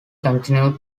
continued